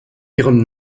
ihrem